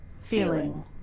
Feeling